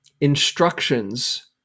instructions